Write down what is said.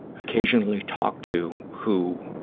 occasionally talk to who